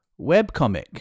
webcomic